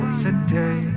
today